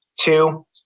Two